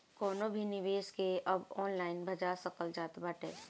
कवनो भी निवेश के अब ऑनलाइन भजा सकल जात बाटे